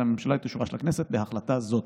הממשלה את אישורה של הכנסת להחלטה זו.